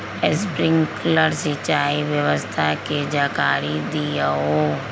Sprinkler सिंचाई व्यवस्था के जाकारी दिऔ?